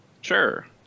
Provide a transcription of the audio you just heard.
sure